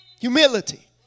Humility